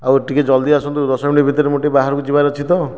ଆଉ ଟିକେ ଜଲ୍ଦି ଆସନ୍ତୁ ଦଶ ମିନିଟ୍ ଭିତରେ ମୋର ଟିକେ ବାହାରକୁ ଯିବାର ଅଛି ତ